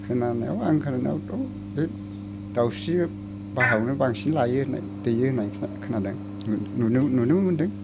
खोनानायाव आं खोनानायावथ' बे दाउस्रि बाहायावनो लायो बांसिन दैओ होननाय खोनादों नुनोबो मोन्दों